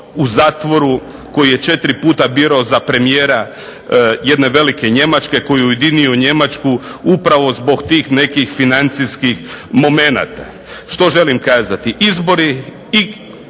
u zatvoru koji je 4 puta biran za premijera jedne velike Njemačke, koji je ujedinio Njemačku upravo zbog tih nekih financijskih momenata. Što želim kazati? Izbori i